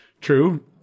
true